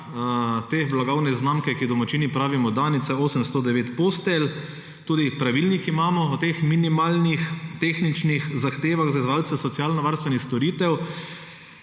te blagovne znamke, ki ji domačini pravimo Danica, je 809 postelj. Tudi pravilnik imamo o teh minimalnih tehničnih zahtevah za izvajalce socialnovarstvenih storitev.